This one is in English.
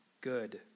good